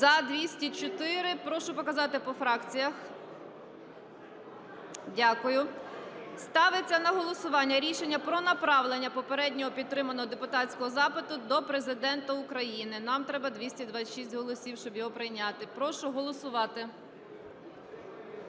За-204 Прошу показати по фракціях. Дякую. Ставиться на голосування рішення про направлення попередньо підтриманого депутатського запиту до Президента України. Нам треба 226 голосів, щоб його прийняти. Прошу голосувати.